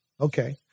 Okay